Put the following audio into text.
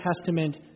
Testament